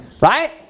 right